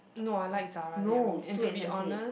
no I like Zara earring and to be honest